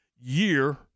year